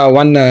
one